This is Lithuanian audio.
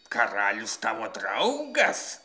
karalius tavo draugas